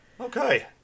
Okay